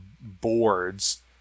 boards